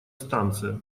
станция